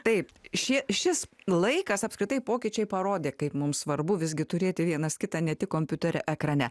taip šie šis laikas apskritai pokyčiai parodė kaip mums svarbu visgi turėti vienas kitą ne tik kompiuterio ekrane